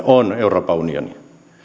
on euroopan unioni